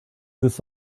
this